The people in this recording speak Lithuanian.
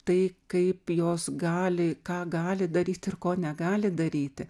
tai kaip jos gali ką gali daryti ir ko negali daryti